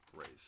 race